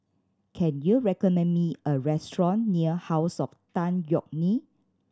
can you recommend me a restaurant near House of Tan Yeok Nee